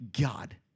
God